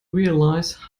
realize